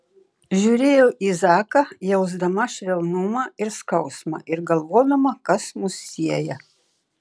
žiūrėjau į zaką jausdama švelnumą ir skausmą ir galvodama kas mus sieja